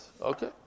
Okay